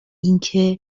اینکه